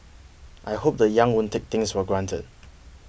I hope the young won't take things for granted